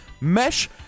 Mesh